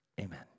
amen